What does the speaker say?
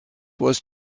was